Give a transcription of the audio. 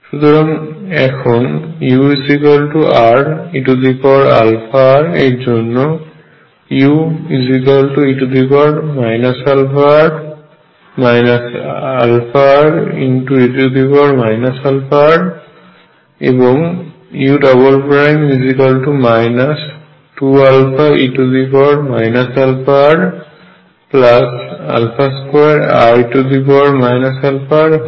সুতরাং এখন ure αr এর জন্য ue αr αre αr এবং u 2αe αr2re αr হয়